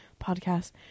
podcast